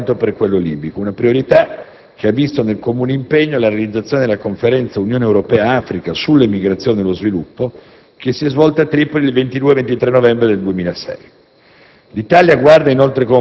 tanto per il Governo italiano quanto per quello libico. Tale priorità ha visto, nel comune impegno, la realizzazione della Conferenza Unione Europea-Africa sull'emigrazione e lo sviluppo, che si è svolta a Tripoli il 22-23 novembre del 2006.